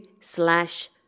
slash